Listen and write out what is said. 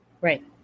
Right